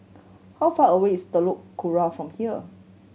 how far away is Telok Kurau from here